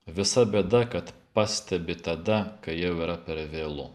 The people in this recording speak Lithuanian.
visa bėda kad pastebi tada kai jau yra per vėlu